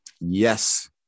Yes